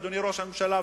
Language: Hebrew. אדוני ראש הממשלה,